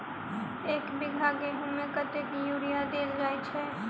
एक बीघा गेंहूँ मे कतेक यूरिया देल जाय छै?